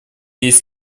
есть